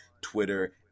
twitter